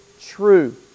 true